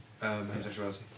Homosexuality